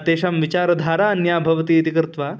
तेषां विचारधारा अन्या भवतीति कृत्वा